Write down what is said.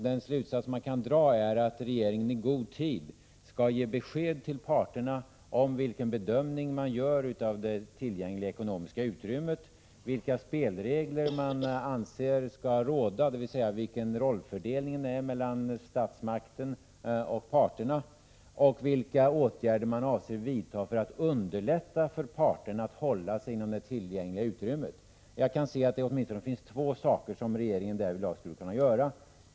Den slutsats som kan dras är att regeringen i god tid skall ge besked till parterna om vilken bedömning man gör av det tillgängliga ekonomiska utrymmet, vilka spelregler man anser skall råda, dvs. vilken rollfördelningen är mellan statsmakten och parterna, och vilka åtgärder man avser vidta för att underlätta för parterna att hålla sig inom det tillgängliga utrymmet. Jag kan se att det åtminstone finns två saker som regeringen därvidlag skulle kunna göra.